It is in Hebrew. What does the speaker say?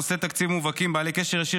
נושאי תקציב מובהקים בעלי קשר ישיר